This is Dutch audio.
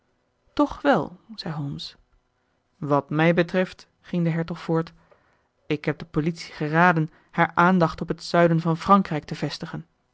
toch wel zei holmes wat mij betreft ging de hertog voort ik heb de politie geraden haar aandacht op het zuiden van frankrijk te vestigen